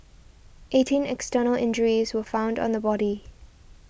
eighteen external injuries were found on the body